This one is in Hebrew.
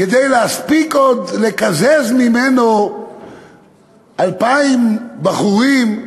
כדי להספיק עוד לקזז ממנו 2,000 בחורים,